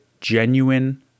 genuine